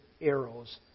arrows